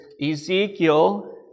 Ezekiel